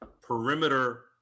perimeter